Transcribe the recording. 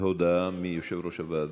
הודעה מיושב-ראש הוועדה.